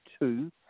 two